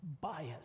bias